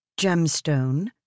gemstone